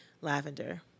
Lavender